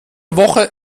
woche